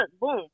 boom